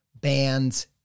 band's